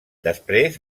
després